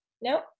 Nope